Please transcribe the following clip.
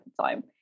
time